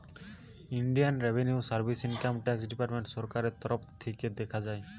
Indian revenue service income tax department সরকারের তরফ থিকে দেখা হয়